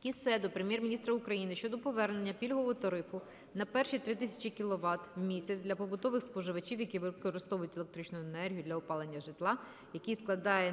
Кіссе до Прем'єр-міністра України щодо повернення пільгового тарифу на перші 3000 кВТ в місяць для побутових споживачів, які використовують електричну енергію для опалення житла, який складає